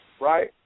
right